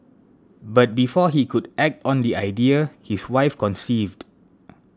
but before he could act on the idea his wife conceived